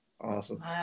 Awesome